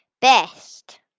best